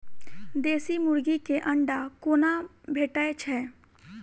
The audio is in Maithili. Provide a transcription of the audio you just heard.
देसी मुर्गी केँ अंडा कोना भेटय छै?